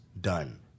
done